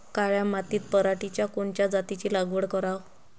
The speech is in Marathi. काळ्या मातीत पराटीच्या कोनच्या जातीची लागवड कराव?